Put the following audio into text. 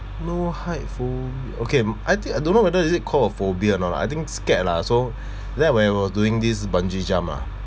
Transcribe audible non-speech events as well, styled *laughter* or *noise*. no height phobia okay I think I don't know whether is it call a phobia or not lah I think scared lah so *breath* back when I was doing this bungee jump lah